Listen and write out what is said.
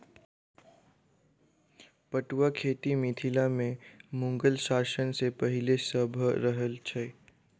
पटुआक खेती मिथिला मे मुगल शासन सॅ पहिले सॅ भ रहल छै